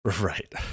Right